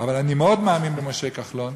אבל, אני מאוד מאמין במשה כחלון,